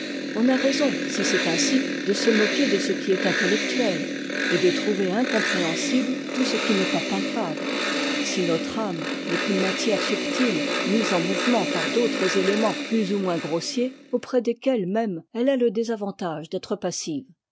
on a raison si c'est ainsi de se moquer de ce qui est intellectuel et de trouver incompréhensible tout ce qui n'est pas palpable si notre âme n'est qu'une matière subti e mise en mouvement par d'autres étéments plus ou moins grossiers auprès desquels même eue a le désavantage d'être passive